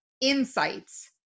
insights